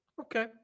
Okay